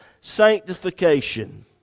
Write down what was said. sanctification